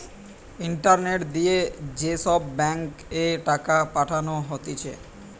internet দিয়ে যে সব ব্যাঙ্ক এ টাকা পাঠানো হতিছে